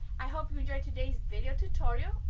i hope you enjoyed today's video tutorial,